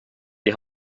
die